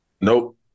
Nope